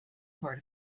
part